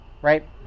Right